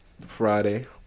Friday